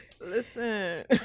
Listen